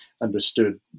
understood